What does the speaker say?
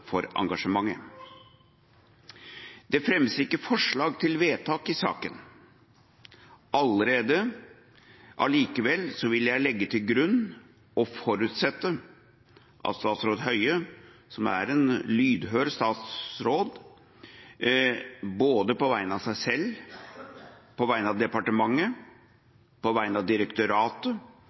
for engasjementet. Det fremmes ikke forslag til vedtak i saken. Allikevel vil jeg allerede legge til grunn og forutsette at statsråd Høie, som er en lydhør statsråd, både på vegne av seg selv, på vegne av departementet, på vegne av direktoratet